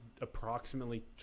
approximately